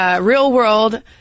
real-world